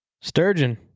Sturgeon